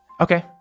Okay